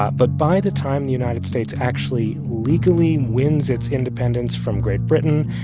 but by the time the united states actually legally wins its independence from great britain,